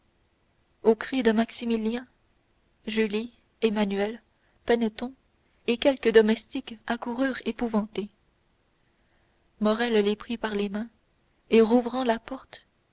aux cris de maximilien julie emmanuel peneton et quelques domestiques accoururent épouvantés morrel les prit par les mains et rouvrant la porte